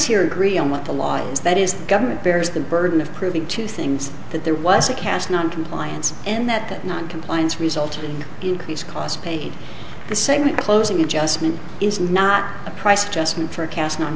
here agree on what the law is that is the government bears the burden of proving to things that there was a cast noncompliance and that that noncompliance resulted in increased costs paid the same and closing adjustment is not a price adjustment for a cas